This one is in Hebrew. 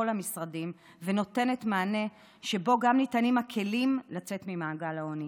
המשרדים ונותנת מענה שבו גם ניתנים הכלים לצאת ממעגל העוני.